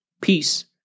peace